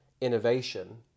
innovation